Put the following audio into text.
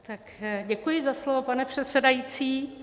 Tak děkuji za slovo, pane předsedající.